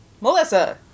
Melissa